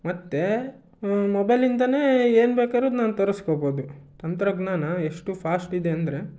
ಮತ್ತು ಮೊಬೈಲಿಂದನೇ ಏನು ಬೇಕಾದ್ರು ನಾನು ತರಿಸ್ಕೋಬೋದು ತಂತ್ರಜ್ಞಾನ ಎಷ್ಟು ಫಾಸ್ಟ್ ಇದೆ ಅಂದರೆ